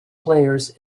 players